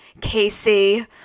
Casey